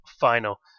final